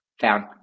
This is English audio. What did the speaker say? found